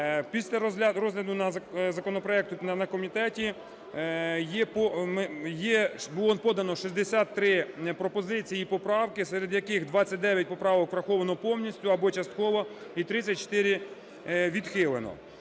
Після розгляду законопроекту на комітеті було подано 63 пропозиції і поправки, серед яких 29 поправок враховано повністю або частково і 34 – відхилено.